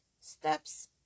steps